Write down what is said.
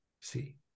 see